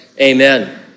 Amen